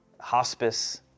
hospice